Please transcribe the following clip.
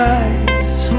eyes